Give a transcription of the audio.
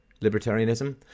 libertarianism